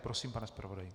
Prosím, pane zpravodaji.